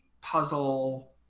puzzle